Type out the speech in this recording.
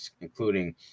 including